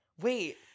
Wait